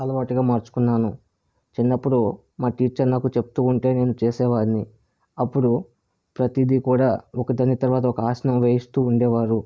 అలవాటుగా మార్చుకున్నాను చిన్నప్పుడు మా టీచర్ నాకు చెప్తూ ఉంటే నేను చేసేవాన్ని అప్పుడు ప్రతీది కూడా ఒకదాని తర్వాత ఒక ఆసనం వేయిస్తూ ఉండేవారు